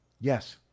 Yes